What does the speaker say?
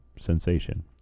sensation